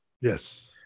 Yes